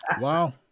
Wow